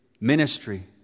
ministry